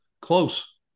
close